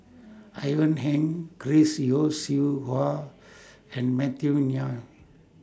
Ivan Heng Chris Yeo Siew Hua and Matthew